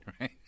right